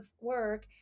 work